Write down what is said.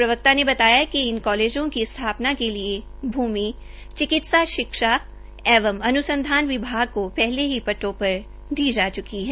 प्रवक्ता ने बताया कि इन कॉलेजों की स्थापना के लिए भूमि चिकित्सा शिक्षा एवं अनुसंधान विभाग को पहले ही पट्टों पर दी जा चुकी है